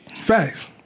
Facts